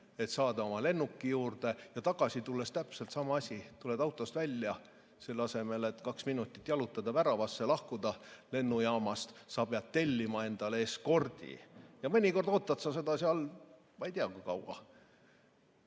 et saada oma lennuki juurde. Tagasi tulles on täpselt sama asi: tuled autost välja, selle asemel, et kaks minutit jalutada väravasse ja lahkuda lennujaamast, pead sa tellima endale eskordi, mida mõnikord ootad seal ei tea kui kaua. Ma